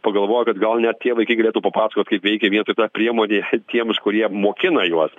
pagalvoju kad gal net tie vaikai galėtų papasakot kaip veikia vietoj ta priemonė tiems kurie mokina juos